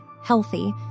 healthy